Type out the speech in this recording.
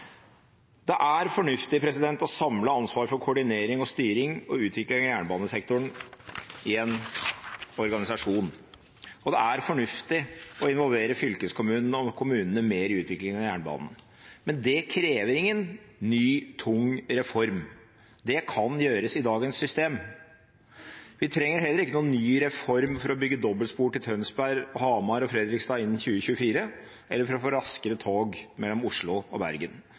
Det er fornuftig å samle ansvaret for koordinering, styring og utvikling av jernbanesektoren i en organisasjon, og det er fornuftig å involvere fylkeskommunene og kommunene mer i utviklingen av jernbanen, men det krever ingen ny, tung reform – det kan gjøres i dagens system. Vi trenger heller ikke noen ny reform for å bygge dobbeltspor til Tønsberg, Hamar og Fredrikstad innen 2024 eller for å få raskere tog mellom Oslo og Bergen.